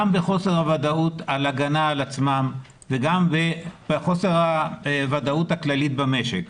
בחוסר הוודאות על הגנה על עצמן וגם בחוסר הוודאות הכללית במשק.